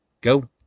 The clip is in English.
Go